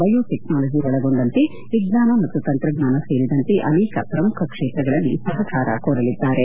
bio technology ಒಳಗೊಂಡಂತೆ ವಿಜ್ಙಾನ ಮತ್ತು ತಂತ್ರಜ್ಙಾನ ಸೇರಿದಂತೆ ಅನೇಕ ಪ್ರಮುಖ ಕ್ಷೇತ್ರಗಳಲ್ಲಿ ಸಹಕಾರ ಕೋರಲಿದ್ದಾರೆ